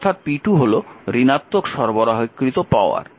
অর্থাৎ p2 হল ঋণাত্মক সরবরাহকৃত পাওয়ার